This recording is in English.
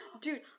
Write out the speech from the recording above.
dude